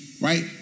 Right